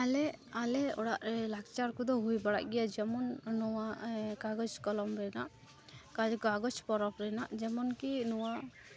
ᱟᱞᱮ ᱟᱞᱮ ᱚᱲᱟᱜᱨᱮ ᱞᱟᱠᱪᱟᱨ ᱠᱚᱫᱚ ᱦᱩᱭ ᱵᱟᱲᱟᱜ ᱜᱮᱭᱟ ᱡᱮᱢᱚᱱ ᱱᱚᱣᱟ ᱠᱟᱜᱚᱡᱽ ᱠᱚᱞᱚᱢ ᱨᱮᱱᱟᱜ ᱠᱟᱜᱚᱡᱽ ᱠᱚᱞᱚᱢ ᱨᱮᱱᱟᱜ ᱡᱮᱢᱚᱱᱠᱤ ᱱᱚᱣᱟ